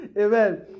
Amen